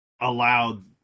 allowed